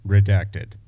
Redacted